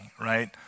right